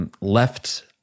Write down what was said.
left